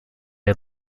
had